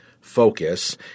focus